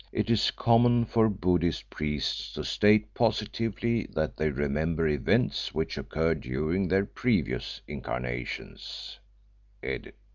it is common for buddhist priests to state positively that they remember events which occurred during their previous incarnations ed.